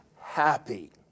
happy